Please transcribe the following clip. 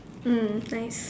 mm nice